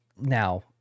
now